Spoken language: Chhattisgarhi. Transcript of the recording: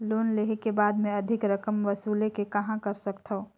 लोन लेहे के बाद मे अधिक रकम वसूले के कहां कर सकथव?